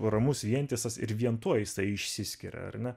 ramus vientisas ir vien tuo jisai išsiskiria ar ne